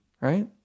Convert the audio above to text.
right